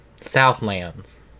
Southlands